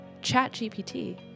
ChatGPT